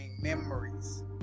memories